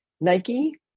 Nike